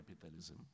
capitalism